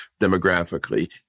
demographically